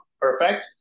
perfect